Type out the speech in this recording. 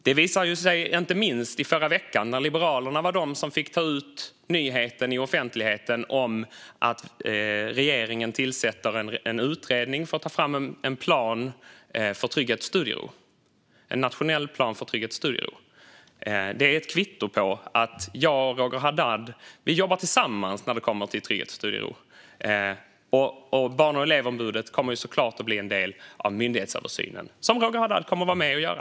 Det visade sig inte minst i förra veckan när Liberalerna var de som fick föra ut nyheten i offentligheten om att regeringen tillsätter en utredning för att ta fram en nationell plan för trygghet och studiero. Det är ett kvitto på att jag och Roger Haddad jobbar tillsammans när det kommer till trygghet och studiero. Barn och elevombudet kommer såklart att bli en del av myndighetsöversynen, som Roger Haddad kommer att vara med och göra.